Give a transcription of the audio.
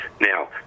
Now